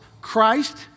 Christ